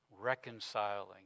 reconciling